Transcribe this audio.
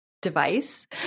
device